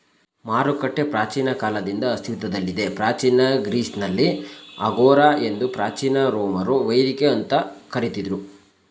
ಮಾರುಕಟ್ಟೆ ಪ್ರಾಚೀನ ಕಾಲದಿಂದ ಅಸ್ತಿತ್ವದಲ್ಲಿದೆ ಪ್ರಾಚೀನ ಗ್ರೀಸ್ನಲ್ಲಿ ಅಗೋರಾ ಎಂದು ಪ್ರಾಚೀನ ರೋಮರು ವೇದಿಕೆ ಅಂತ ಕರಿತಿದ್ರು